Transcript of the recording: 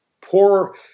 poor